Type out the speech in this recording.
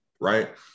Right